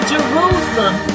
Jerusalem